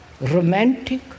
romantic